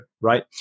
Right